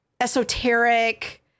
esoteric